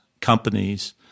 companies